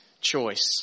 choice